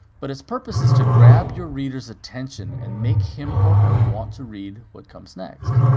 but its purpose is to grab your reader's attention and make him or her want to read what comes next.